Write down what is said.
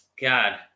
God